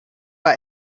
bei